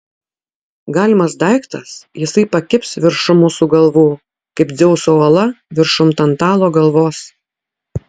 galimas daiktas jisai pakibs viršum mūsų galvų kaip dzeuso uola viršum tantalo galvos